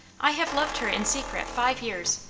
i have loved her in secret five years.